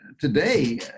today